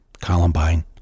Columbine